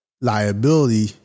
liability